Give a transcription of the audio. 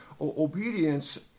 obedience